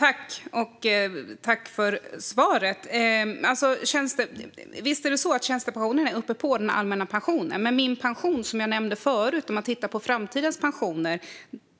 Herr talman! Tack för svaret! Visst är tjänstepensionen ovanpå den allmänna pensionen. Men som jag nämnde förut: Om man tittar på framtidens pensioner